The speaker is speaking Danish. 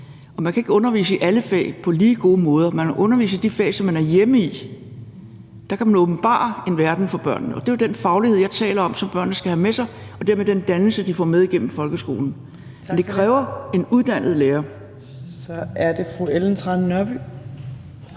Man kan ikke undervise i alle fag lige godt. Man kan undervise i de fag, som man er hjemme i. Der kan man åbenbare en verden for børnene. Det er jo den faglighed, jeg taler om, som børnene skal have med, og dermed den dannelse, som de får med igennem folkeskolen. Men det kræver en uddannet lærer. Kl. 15:42 Fjerde